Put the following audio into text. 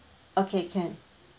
okay can